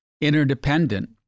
interdependent